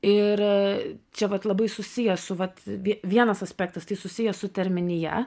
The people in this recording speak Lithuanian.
ir čia vat labai susiję su vat vienas aspektas tai susiję su terminija